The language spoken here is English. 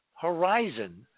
horizon